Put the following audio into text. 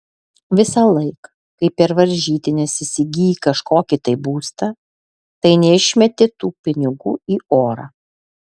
visąlaik kai per varžytines įsigyji kažkokį tai būstą tai neišmeti tų pinigų į orą